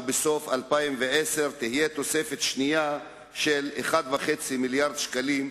ובסוף 2010 תהיה תוספת שנייה של 1.5 מיליארד שקלים,